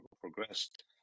progressed